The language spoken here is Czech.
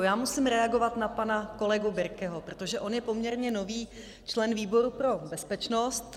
Já musím reagovat na pana kolegu Birkeho, protože on je poměrně nový člen výboru pro bezpečnost.